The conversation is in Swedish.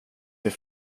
till